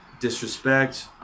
disrespect